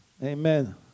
Amen